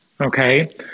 okay